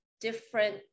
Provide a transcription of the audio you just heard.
different